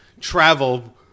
travel